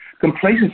Complacency